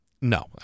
No